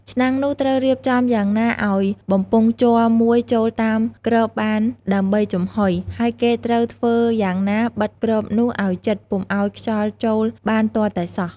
ឆ្នាំងនោះត្រូវរៀបចំយ៉ាងណាឲ្យបំពង់ជ័រមួយចូលតាមគ្របបានដើម្បីចំហុយ ហើយគេត្រូវធ្វើយ៉ាងណាបិតគ្របនោះឲ្យជិតពុំឲ្យខ្យល់ចូលបានទាល់តែសោះ។